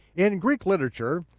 in greek literature,